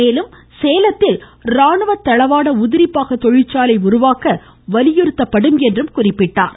மேலும் சேலத்தில் ராணுவ தளவாட உதிரி பாக தொழிற்சாலை உருவாக்க வலியுறுத்தப்படும் என்றார்